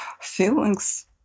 feelings